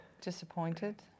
Disappointed